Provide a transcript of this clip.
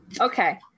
Okay